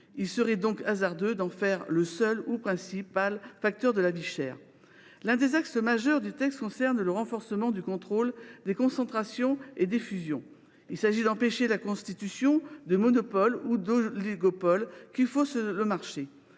Il serait donc hasardeux d’en faire le seul ou principal facteur de la vie chère. L’un des axes majeurs du présent texte est le renforcement du contrôle des concentrations et des fusions. Il s’agit d’empêcher la constitution de monopoles ou d’oligopoles qui faussent le marché.